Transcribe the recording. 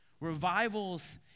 revivals